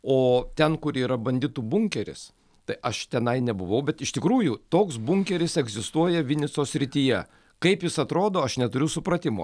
o ten kur yra banditų bunkeris tai aš tenai nebuvau bet iš tikrųjų toks bunkeris egzistuoja vinicos srityje kaip jis atrodo aš neturiu supratimo